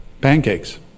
pancakes